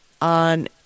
on